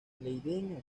leiden